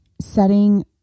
setting